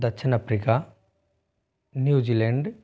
दक्षिण अफ्रीका न्यूजीलैंड